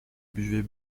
buvait